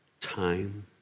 time